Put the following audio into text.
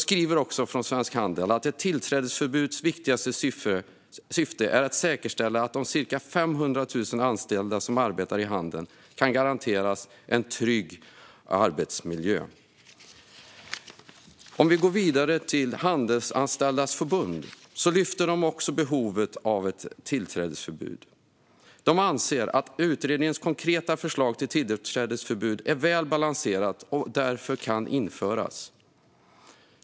Svensk Handel skriver också att "ett tillträdesförbuds viktigaste syfte är att säkerställa att de ca 500 000 anställda som arbetar i handeln kan garanteras en trygg arbetsmiljö". Om vi går vidare till Handelsanställdas förbund lyfter också det behovet av ett tillträdesförbud. Det anser att "utredningens konkreta förslag till tillträdesförbud - är väl balanserat och att det därför kan införas".